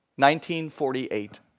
1948